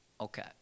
Okay